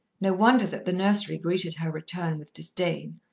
no wonder that the nursery greeted her return with disdain.